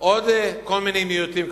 עוד כל מיני מיעוטים,